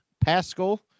Pascal